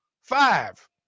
Five